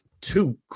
two